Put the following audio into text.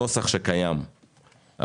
הנוסח שקיים,